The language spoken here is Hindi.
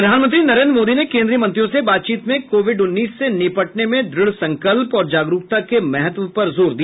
प्रधानमंत्री नरेन्द्र मोदी ने केन्द्रीय मंत्रियों से बातचीत में कोविड उन्नीस से निपटने में द्रढ़संकल्प और जागरूकता के महत्व पर जोर दिया